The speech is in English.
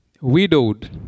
widowed